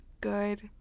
good